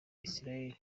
isiraheli